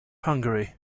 hungary